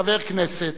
חבר כנסת,